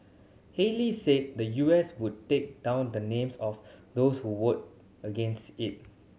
Haley said the U S would take down the names of those who vote against it